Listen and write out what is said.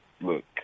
look